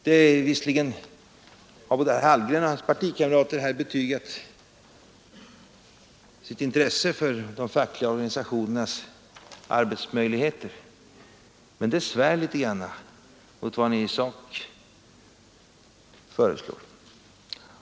Både herr Hallgren och hans partikamrater har visserligen här betygat sitt intresse för de fackliga organisationernas arbetsmöjligheter, men det svär litet mot vad ni i sak föreslår.